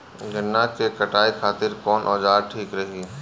गन्ना के कटाई खातिर कवन औजार ठीक रही?